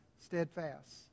steadfast